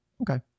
Okay